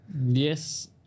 Yes